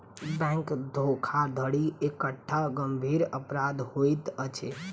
bank धोखाधड़ी एकटा गंभीर अपराध होइत अछि